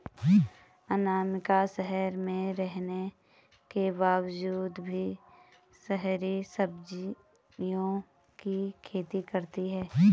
अनामिका शहर में रहने के बावजूद भी शहरी सब्जियों की खेती करती है